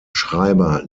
schreiber